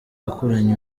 yakuranye